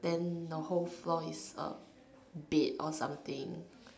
then the whole floor is uh bed or something